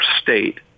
state